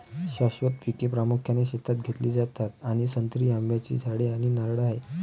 शाश्वत पिके प्रामुख्याने शेतात घेतली जातात आणि संत्री, आंब्याची झाडे आणि नारळ आहेत